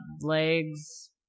legs